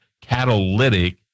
catalytic